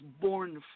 born